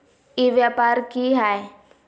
ई व्यापार की हाय?